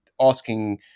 asking